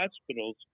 hospitals